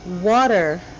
water